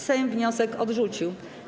Sejm wniosek odrzucił.